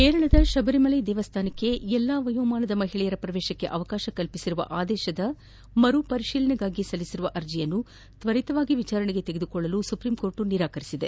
ಕೇರಳದ ಶಬರಿಮಲೆ ದೇವಸ್ಥಾನಕ್ಕೆ ಎಲ್ಲಾ ವಯಸ್ಸಿನ ಮಹಿಳೆಯರ ಪ್ರವೇಶಕ್ಕೆ ಅವಕಾಶ ಕಲ್ಪಿಸಿರುವ ಆದೇಶದ ಪುನರ್ ಪರಿಶೀಲನೆಗಾಗಿ ಸಲ್ಲಿಸಿರುವ ಅರ್ಜಿಯನ್ನು ತ್ವರಿತವಾಗಿ ವಿಚಾರಣೆಗೆ ತೆಗೆದುಕೊಳ್ಳಲು ಸುಪ್ರೀಂಕೋರ್ಟ್ ನಿರಾಕರಿಸಿದೆ